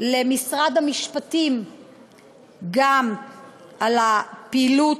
למשרד המשפטים גם על הפעילות,